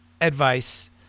advice